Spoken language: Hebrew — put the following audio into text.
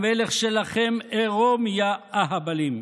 המלך שלכם עירום, יה אהבלים.